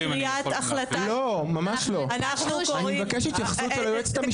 אני מבקש התייחסות היועצת המשפטית.